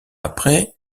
après